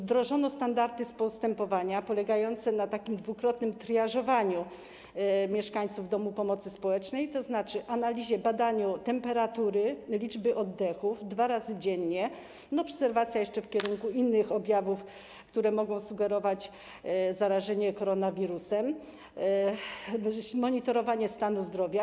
Wdrożono standardy postępowania polegające na takim dwukrotnym triażowaniu mieszkańców domów pomocy społecznej, tzn. analizie, badaniu temperatury, liczby oddechów dwa razy dziennie i jeszcze obserwacji w kierunku innych objawów, które mogą sugerować zarażenie koronawirusem, chodzi o monitorowanie stanu zdrowia.